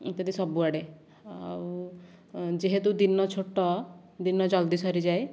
ଇତ୍ୟାଦି ସବୁଆଡ଼େ ଆଉ ଯେହେତୁ ଦିନ ଛୋଟ ଦିନ ଜଲ୍ଦି ସରିଯାଏ